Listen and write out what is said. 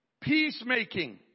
Peacemaking